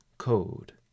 code